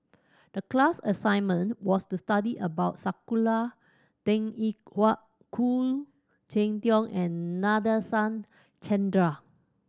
the class assignment was to study about Sakura Teng Ying Hua Khoo Cheng Tiong and Nadasen Chandra